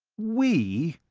we?